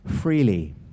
freely